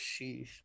Sheesh